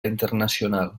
internacional